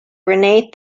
rene